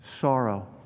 Sorrow